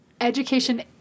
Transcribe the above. Education